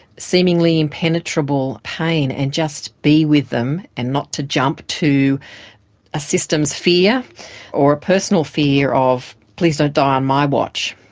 seemingly impenetrable pain and just be with them and not to jump to a systems fear or a personal fear of please don't die on my watch.